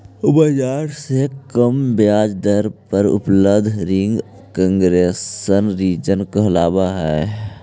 बाजार से कम ब्याज दर पर उपलब्ध रिंग कंसेशनल ऋण कहलावऽ हइ